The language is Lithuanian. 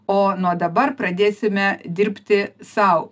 o nuo dabar pradėsime dirbti sau